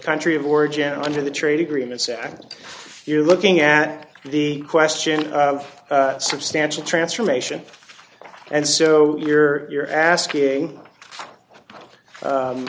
country of origin under the trade agreements and you're looking at the question of substantial transformation and so you're you're asking